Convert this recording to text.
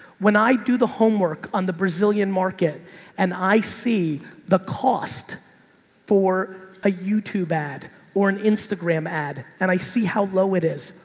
when i do the homework on the brazilian market and i see the cost for a youtube ad or an instagram ad and i see how low it is,